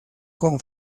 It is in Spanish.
con